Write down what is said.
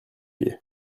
pied